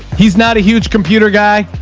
he's not a huge computer guy,